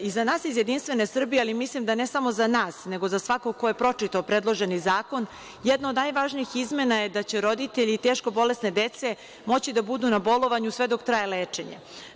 I za nas iz JS, ali mislim ne samo za nas nego za svakoga ko je pročitao predloženi zakon, jedno od najvažnijih izmena je da će roditelji i teško bolesne dece moći da budu na bolovanju sve dok traje lečenje.